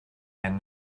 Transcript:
and